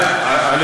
א.